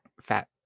fat